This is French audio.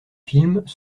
films